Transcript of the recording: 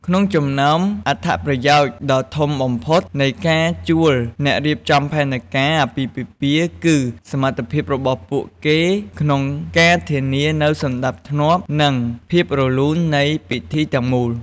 ក្នុងចំណោមអត្ថប្រយោជន៍ដ៏ធំបំផុតនៃការជួលអ្នករៀបចំផែនការអាពាហ៍ពិពាហ៍ គឺសមត្ថភាពរបស់ពួកគេក្នុងការធានានូវសណ្ដាប់ធ្នាប់ និងភាពរលូននៃពិធីទាំងមូល។